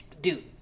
Dude